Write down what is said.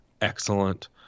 excellent